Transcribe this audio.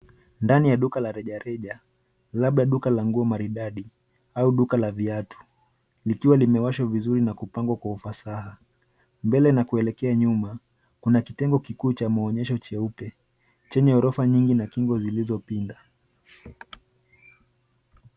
Ndani ya duka la rejareja labda duka la nguo maridadi au duka la viatu likiwa limewashwa vizuri na kupangwa kwa ufasaha. Mbele na kuelekea nyuma, kuna kitengo kikuu cha maonyesho cheupe chenye orofa nyingi na kingo zilizopinda.